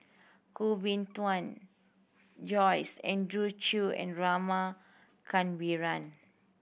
Koh Bee Tuan Joyce Andrew Chew and Rama Kannabiran